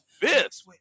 fifth